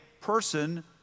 person